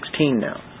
now